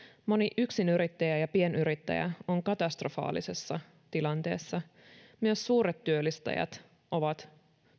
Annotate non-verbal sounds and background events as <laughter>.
moni yksinyrittäjä ja pienyrittäjä on katastrofaalisessa tilanteessa <unintelligible> myös suuret työllistäjät ovat